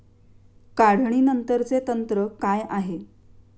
काढणीनंतरचे तंत्र काय आहे?